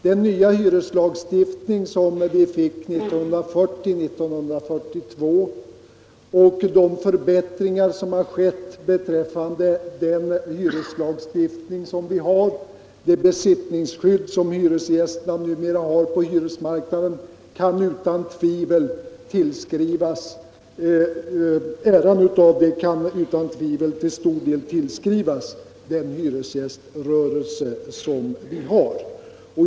Äran av den 'hyreslagstiftning som vi fick 1940 och 1942 och av de övriga förbättringar vi fått på området, t.ex. det förbättrade besittningsskyddet, kan utan tvivel till stor del tillskrivas hyresgäströrelsen.